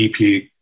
EP